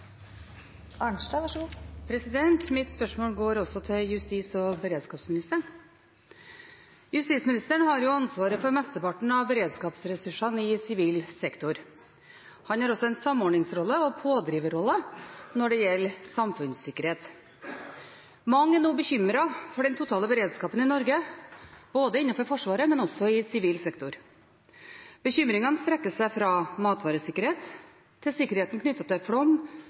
beredskapsressursene i sivil sektor. Han har også en samordningsrolle og pådriverrolle når det gjelder samfunnssikkerhet. Mange er nå bekymret for den totale beredskapen i Norge, både innenfor Forsvaret og i sivil sektor. Bekymringene strekker seg fra matvaresikkerhet til sikkerheten knyttet til flom,